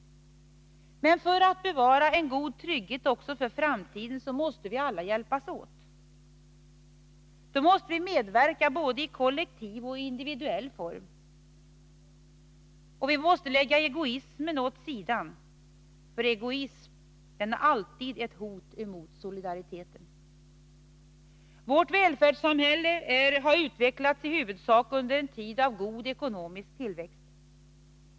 Men för att bevara en god trygghet också för framtiden måste vi alla hjälpas åt. Då måste vi medverka i både kollektiv och individuell form. Vi måste lägga egoismen åt sidan, för egoism är alltid ett hot mot solidariteten. Vårt välfärdssamhälle har utvecklats i huvudsak under en tid av god ekonomisk tillväxt.